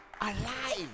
alive